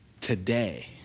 today